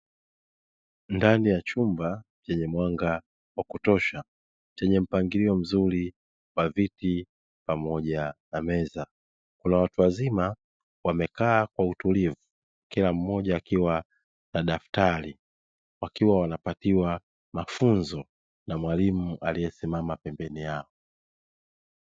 Ndani ya chumba chenye mwanga wa kutosha chenye mpangilio mzuri wa viti pamoja na meza, kuna watu wazima wamekaa kwa utulivu kila mmoja akiwa na daftari wakiwa wanapatiwa mafunzo na mwalimu aliyesimama pembeni yao.